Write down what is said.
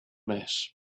mass